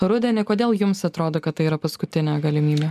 rudenį kodėl jums atrodo kad tai yra paskutinė galimybė